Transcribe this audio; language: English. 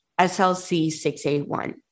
SLC681